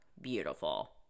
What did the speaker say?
beautiful